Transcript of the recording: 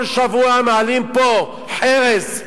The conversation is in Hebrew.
כל שבוע מעלים פה חרס,